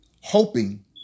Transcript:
hoping